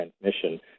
transmission